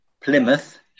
Plymouth